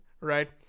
right